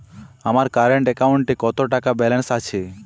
আমার কারেন্ট অ্যাকাউন্টে কত টাকা ব্যালেন্স আছে?